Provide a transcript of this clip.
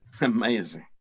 Amazing